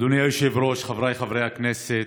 אדוני היושב-ראש, חבריי חברי הכנסת,